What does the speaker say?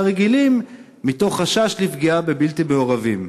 רגילים מחשש לפגיעה בבלתי מעורבים.